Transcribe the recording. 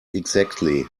exactly